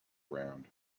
round